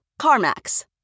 CarMax